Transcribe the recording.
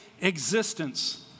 existence